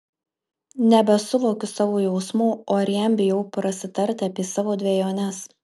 nebesuvokiu savo jausmų o ir jam bijau prasitarti apie savo dvejones